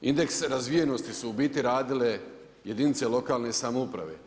Indekse razvijenosti su u biti radile jedinice lokalne samouprave.